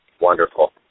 Wonderful